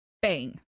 bang